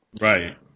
Right